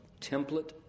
template